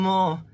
More